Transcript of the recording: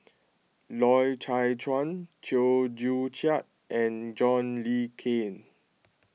Loy Chye Chuan Chew Joo Chiat and John Le Cain